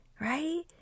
right